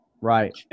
Right